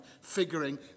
figuring